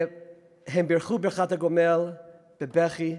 הם בירכו ברכת "הגומל" בבכי.